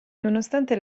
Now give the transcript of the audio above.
nonostante